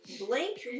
Blank